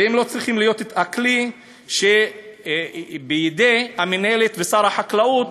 והם לא צריכים להיות הכלי שבידי המינהלת ושר החקלאות,